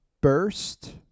burst